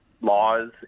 laws